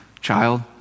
child